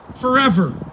forever